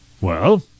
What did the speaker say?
Well